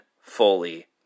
fully